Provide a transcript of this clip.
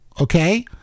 okay